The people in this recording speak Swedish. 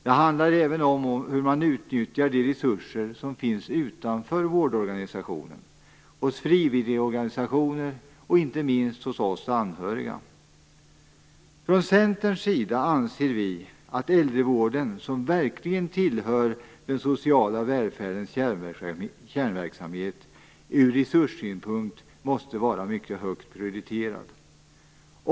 Det handlar även om hur man utnyttjar de resurser som finns utanför vårdorganisationen, hos frivilligorganisationer och inte minst hos oss anhöriga. Från Centerns sida anser vi att äldrevården, som verkligen tillhör den sociala välfärdens kärnverksamhet, ur resurssynpunkt måste vara mycket högt prioriterad.